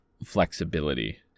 Flexibility